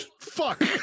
fuck